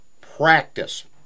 Practice